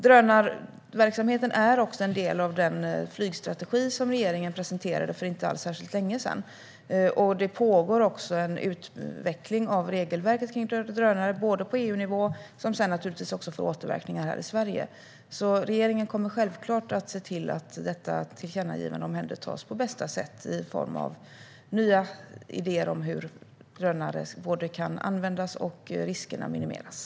Drönarverksamheten är också en del i den flygstrategi som regeringen presenterade för inte särskilt länge sedan. Det pågår också en utveckling av regelverket kring drönare på EU-nivå, som sedan naturligtvis får återverkningar här i Sverige. Regeringen kommer självklart att se till att detta tillkännagivande omhändertas på bästa sätt i form av nya idéer om hur drönare kan användas och riskerna minimeras.